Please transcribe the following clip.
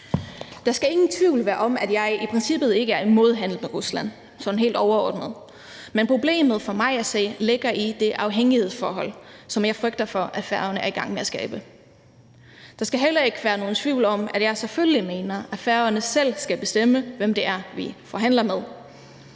Der skal ingen tvivl være om, at jeg i princippet ikke er imod handel med Rusland, sådan helt overordnet, men problemet for mig at se ligger i det afhængighedsforhold, som jeg frygter at Færøerne er i gang med at skabe. Der skal heller ikke være nogen tvivl om, at jeg selvfølgelig mener, at Færøerne selv skal bestemme, hvem det er, vi handler med.